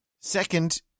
Second